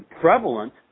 prevalent